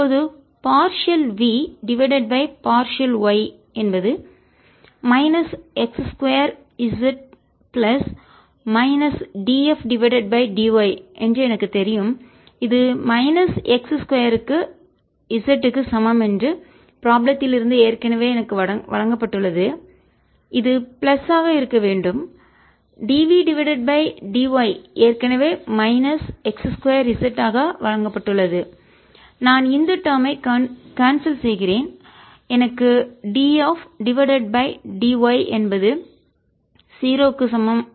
இப்போது partial v divided by partial y என்பது minus x 2 z plus minus df divided by dy என்ன என்று எனக்குத் தெரியும் இது மைனஸ் எக்ஸ் ஸ்கொயர் z க்கு சமம் என்று ப்ராப்ளம் தில் இருந்து ஏற்கனவே எனக்கு வழங்கப்பட்டுள்ளது இது பிளஸ் ஆக இருக்க வேண்டும் dv டிவைடட் பை dy ஏற்கனவே மைனஸ் x 2 z ஆக வழங்கப்பட்டுள்ளது நான் இந்த டேர்ம் ஐ கான்செல் செய்கிறேன் எனக்கு df டிவைடட் பை dy என்பது 0 க்கு சமம்